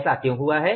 ऐसा क्यों हुआ है